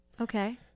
Okay